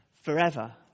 forever